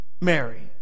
Mary